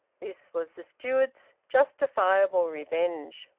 this was the steward's justifiable revenge.